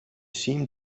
seem